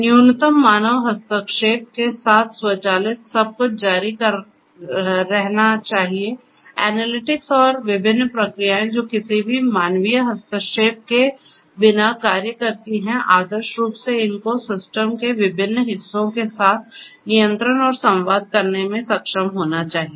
न्यूनतम मानव हस्तक्षेप के साथ स्वचालित सब कुछ जारी रहना चाहिए एनालिटिक्स और विभिन्न प्रक्रियाएं जो किसी भी मानवीय हस्तक्षेप के बिना कार्य करती हैं आदर्श रूप से इनको सिस्टम के विभिन्न हिस्सों के साथ नियंत्रण और संवाद करने में सक्षम होना चाहिए